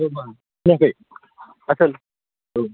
ओमफ्राय मा सिनायाखै आसोल औ